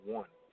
one